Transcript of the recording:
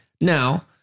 Now